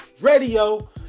radio